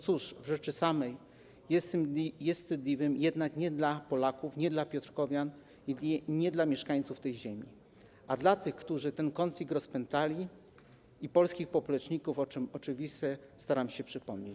Cóż, w rzeczy samej jest to wstydliwy rozdział, jednak nie dla Polaków, nie dla piotrkowian i nie dla mieszkańców tej ziemi, ale dla tych, którzy ten konflikt rozpętali, i polskich popleczników, o czym oczywiście staram się przypomnieć.